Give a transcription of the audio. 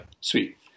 Sweet